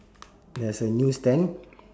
there's a newsstand